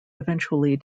eventually